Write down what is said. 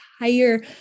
entire